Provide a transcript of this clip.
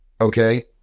okay